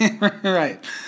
Right